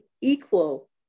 equal